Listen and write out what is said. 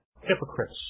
hypocrites